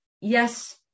yes